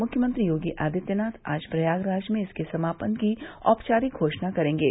मुख्यमंत्री योगी आदित्यनाथ आज प्रयागराज में इसके समापन की औपचारिक घोषणा करेंगे